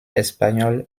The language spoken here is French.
espagnole